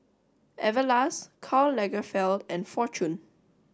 Everlast Karl Lagerfeld and Fortune